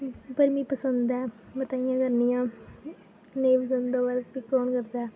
पर मिगी पसंद ऐ में ताहियें करनी आं नेईं पसंद होऐ भी कु'न करदा ऐ